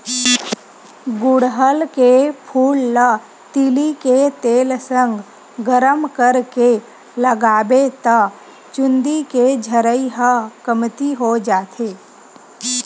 गुड़हल के फूल ल तिली के तेल संग गरम करके लगाबे त चूंदी के झरई ह कमती हो जाथे